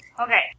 Okay